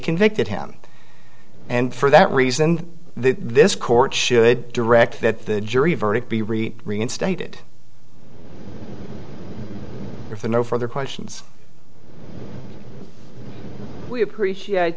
convicted him and for that reason this court should direct that the jury verdict be re reinstated if a no further questions we appreciate